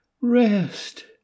rest